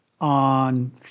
on